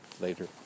Later